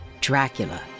Dracula